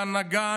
ההנהגה,